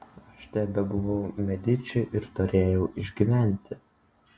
aš tebebuvau mediči ir turėjau išgyventi